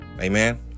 Amen